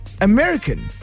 American